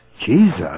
Jesus